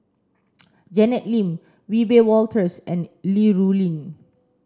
Janet Lim Wiebe Wolters and Li Rulin